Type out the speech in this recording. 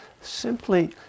simply